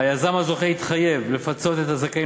היזם הזוכה התחייב לפצות את הזכאים